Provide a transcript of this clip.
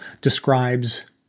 describes